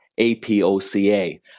APOCA